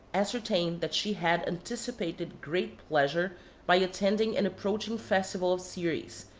ascer tained that she had anticipated great pleasure by attending an approaching festival of ceres,